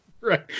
Right